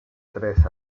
tres